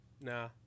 Nah